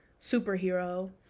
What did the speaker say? superhero